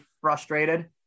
frustrated